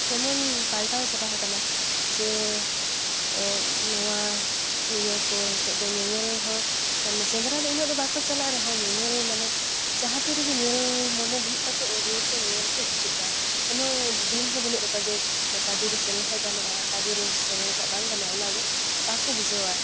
ᱮᱢᱚᱱ ᱯᱟᱞᱴᱟᱣ ᱪᱟᱵᱟᱣ ᱠᱟᱱᱟ ᱡᱮ ᱮᱫ ᱱᱚᱣᱟ ᱤᱭᱟᱹ ᱠᱚ ᱱᱤᱛᱚᱜ ᱫᱚ ᱧᱮᱧᱮᱞᱦᱚᱸ ᱢᱟᱱᱮ ᱥᱮᱸᱫᱽᱨᱟ ᱫᱚ ᱩᱱᱟᱹᱜ ᱫᱚ ᱵᱟᱠᱚ ᱪᱟᱞᱟᱜ ᱨᱮᱦᱚᱸ ᱧᱮᱧᱮᱞ ᱢᱟᱱᱮ ᱡᱟᱦᱟᱸ ᱛᱤᱨᱮᱜᱮ ᱧᱮᱞ ᱢᱚᱱᱮ ᱦᱩᱭᱩᱜ ᱛᱟᱠᱚ ᱩᱱ ᱨᱮᱜᱮ ᱠᱚ ᱧᱮᱞ ᱠᱚ ᱦᱤᱡᱩᱜᱼᱟ ᱠᱚᱱᱚ ᱫᱤᱱᱦᱚᱸ ᱵᱟᱱᱩᱜ ᱛᱟᱠᱚᱣᱟ ᱡᱮ ᱚᱠᱟᱫᱤᱱ ᱨᱮ ᱥᱮᱱ ᱞᱮᱱᱠᱷᱟᱱ ᱜᱟᱱᱚᱜᱼᱟ ᱟᱠᱟᱫᱤᱱ ᱨᱮ ᱥᱮᱱ ᱞᱮᱱᱠᱷᱟᱱ ᱵᱟᱝ ᱜᱟᱱᱚᱜᱼᱟ ᱚᱱᱟ ᱫᱚ ᱵᱟᱠᱚ ᱵᱩᱡᱷᱟᱹᱣᱟ